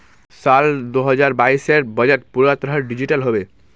साल दो हजार बाइसेर बजट पूरा तरह डिजिटल हबे